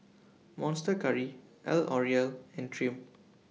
Monster Curry L'Oreal and Triumph